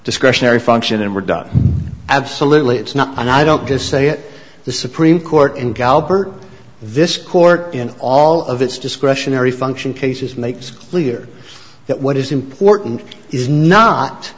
discretionary function and we're done absolutely it's not and i don't just say it the supreme court in calbert this court in all of its discretionary function cases makes clear that what is important is not